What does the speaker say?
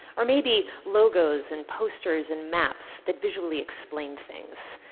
or maybe logos and posters and maps that visually explain things,